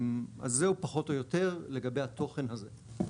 אז זהו פחות או יותר לגבי התוכן הזה.